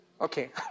Okay